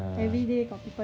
yeah